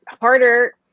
harder